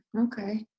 Okay